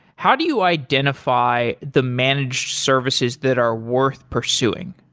how do you identify the managed services that are worth pursuing?